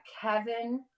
Kevin